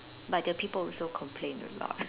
but their people also complain a lot